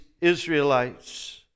Israelites